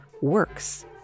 works